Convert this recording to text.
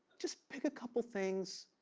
just pick a couple things.